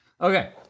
Okay